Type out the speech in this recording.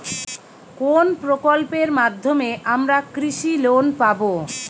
কোন প্রকল্পের মাধ্যমে আমরা কৃষি লোন পাবো?